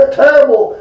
terrible